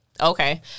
Okay